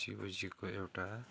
शिवजीको एउटा